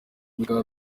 bikaba